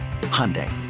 Hyundai